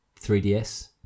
3DS